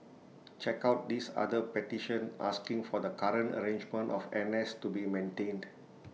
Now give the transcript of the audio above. check out this other petition asking for the current arrangement of N S to be maintained